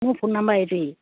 মোৰ phone number এইটোৱেই